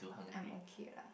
I'm okay lar